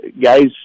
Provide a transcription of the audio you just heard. guys